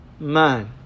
Man